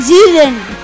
Zealand